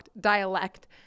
dialect